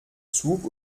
zug